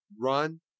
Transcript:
run